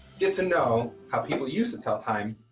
get to know how people used to tell time,